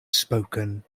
spoken